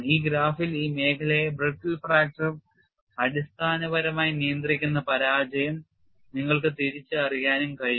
ഈ ഗ്രാഫിൽ ഈ മേഖലയിലെ brittle fracture അടിസ്ഥാനപരമായി നിയന്ത്രിക്കുന്ന പരാജയം നിങ്ങൾക്ക് തിരിച്ചറിയാനും കഴിയും